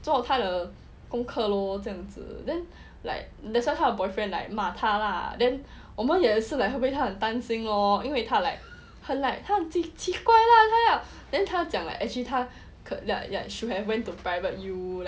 做他的功课咯这样子 then like that's why 他的 boyfriend like 骂他 lah then 我们也是 like 为她很担心 lor 因为他 like 很 like kind of 奇怪 lah then 他讲 like actually 他 should have went to private U that kind